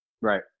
Right